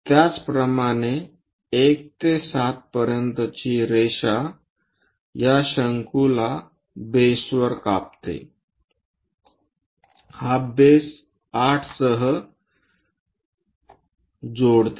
त्याचप्रमाणे 1 ते 7 पर्यंतची रेषा या शंकूला बेसवर कापते हा बेस 8 सह जोडते